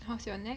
how's you neck